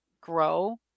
grow